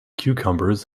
cucumbers